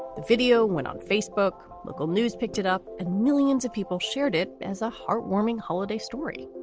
the video went on facebook. local news picked it up and millions of people shared it as a heartwarming holiday story.